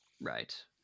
Right